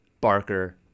barker